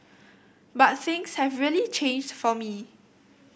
but things have really changed for me